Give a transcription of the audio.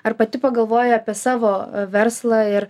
ar pati pagalvojai apie savo verslą ir